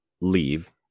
leave